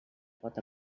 pot